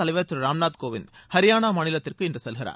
திரு ராம்நாத் கோவிந்த் ஹரியானா மாநிலத்திற்கு இன்று செல்கிறார்